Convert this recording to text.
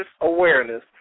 awareness